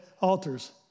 altars